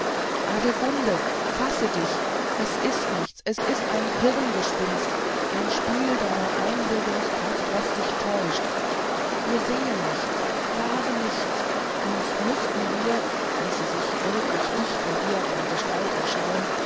adelgunde fasse dich es ist nichts es ist ein hirngespinst ein spiel deiner einbildungskraft was dich täuscht wir sehen nichts gar nichts und müßten wir ließe sich wirklich dicht vor dir eine gestalt erschauen